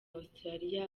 australia